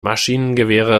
maschinengewehre